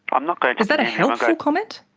i'm not going to. is that a helpful comment?